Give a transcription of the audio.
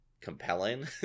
compelling